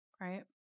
right